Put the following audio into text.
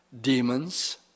demons